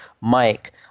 Mike